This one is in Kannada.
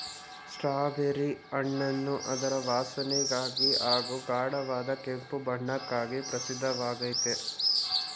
ಸ್ಟ್ರಾಬೆರಿ ಹಣ್ಣನ್ನು ಅದರ ವಾಸನೆಗಾಗಿ ಹಾಗೂ ಗಾಢವಾದ ಕೆಂಪು ಬಣ್ಣಕ್ಕಾಗಿ ಪ್ರಸಿದ್ಧವಾಗಯ್ತೆ